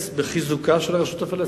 לבין הרשות הפלסטינית.